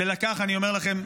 אני אומר לכם,